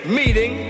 meeting